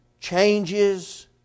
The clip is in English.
changes